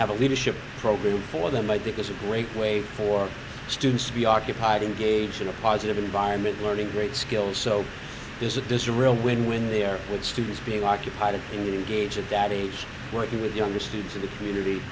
have a leadership program for them i think is a great way for students to be occupied in gauging a positive environment learning great skills so there's a disarray real when when they're with students being occupied in the gauge at that age working with younger students in the community